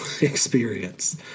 experience